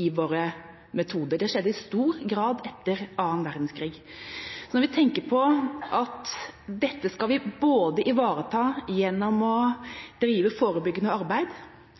i våre metoder. Det skjedde i stor grad etter annen verdenskrig. Når vi tenker på at vi skal ivareta dette gjennom å drive forebyggende arbeid,